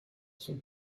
son